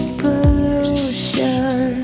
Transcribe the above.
pollution